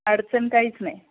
अडचण काहीच नाही